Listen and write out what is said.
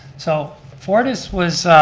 so, fortis was,